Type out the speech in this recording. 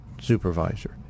supervisor